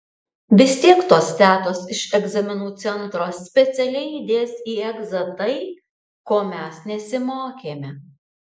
vis tiek tos tetos iš egzaminų centro specialiai įdės į egzą tai ko mes nesimokėme